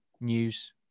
news